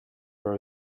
her